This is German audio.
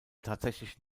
tatsächlich